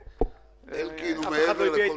ובצדק,